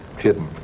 hidden